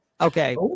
okay